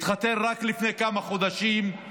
שהתחתן רק לפני כמה חודשים.